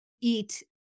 eat